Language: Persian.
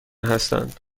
هستند